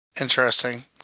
Interesting